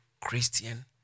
Christian